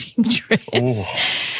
dress